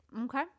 Okay